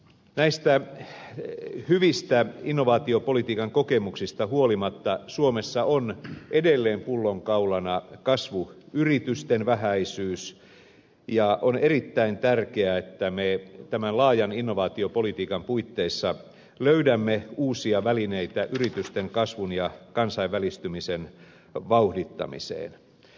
näistä hyvistä innovaatiopolitiikan kokemuksista huolimatta suomessa on edelleen pullonkaulana kasvuyritysten vähäisyys ja on erittäin tärkeää että me tämän laajan innovaatiopolitiikan puitteissa löydämme uusia välineitä yritysten kasvun ja kansainvälistymisen vauhdittamiseen